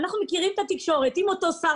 אנחנו מכירים את התקשורת ואם אותו שר